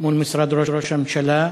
מול משרד ראש הממשלה.